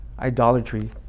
idolatry